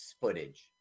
footage